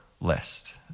list